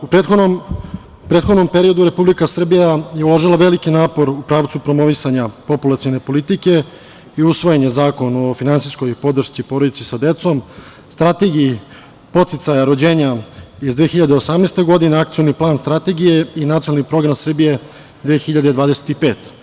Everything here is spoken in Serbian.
U prethodnom periodu Republika Srbija je uložila veliki napor u pravcu promovisanja populacione politike i usvojen je Zakon o finansijskoj podršci porodici sa decom, Strategiji podsticaja rođenja iz 2018. godine, Akcioni plan strategije i Nacionalni program Srbije 2025.